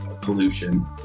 pollution